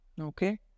Okay